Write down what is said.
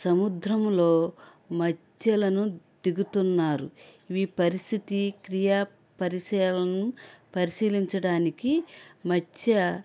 సముద్రంలో మత్స్యలను దిగుతున్నారు ఇవి పరిస్థితి క్రియా పరిశీలనను పరిశీలించడానికి మత్స్య